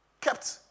kept